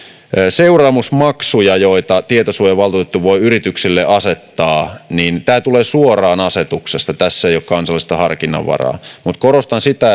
seuraamusmaksuja joita tietosuojavaltuutettu voi yrityksille asettaa tämä tulee suoraan asetuksesta tässä ei ole kansallista harkinnanvaraa mutta korostan sitä